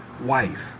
wife